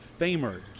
Famer